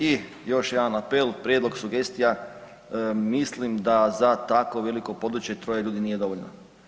I još jedan apel, prijedlog, sugestija, mislim da za tako veliko područje troje ljudi nije dovoljno.